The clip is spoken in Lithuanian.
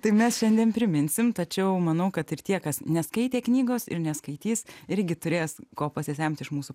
tai mes šiandien priminsim tačiau manau kad ir tie kas neskaitė knygos ir neskaitys irgi turės ko pasisemti iš mūsų